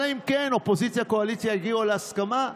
אלא אם כן אופוזיציה-קואליציה הגיעו להסכמה.